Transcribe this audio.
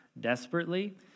desperately